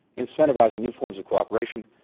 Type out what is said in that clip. incentivizing new forms of cooperation,